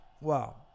Wow